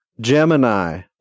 Gemini